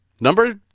number